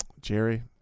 Jerry